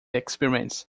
experiments